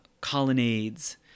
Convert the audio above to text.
colonnades